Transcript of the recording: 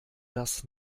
das